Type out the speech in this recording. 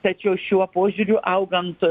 tačiau šiuo požiūriu augant